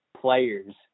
players